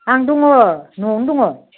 आं दङ न'आवनो दङ